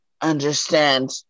understand